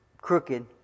crooked